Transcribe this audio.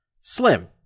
slim